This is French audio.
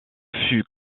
fut